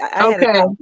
Okay